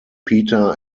peter